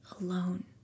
alone